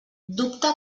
dubta